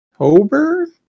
October